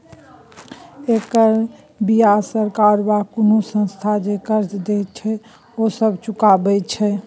एकर बियाज सरकार वा कुनु संस्था जे कर्जा देत छैथ ओ सब चुकाबे छै